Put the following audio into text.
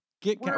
get